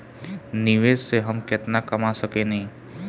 निवेश से हम केतना कमा सकेनी?